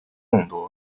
众多